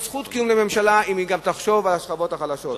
יש זכות קיום לממשלה אם היא גם תחשוב על השכבות החלשות.